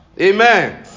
amen